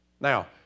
Now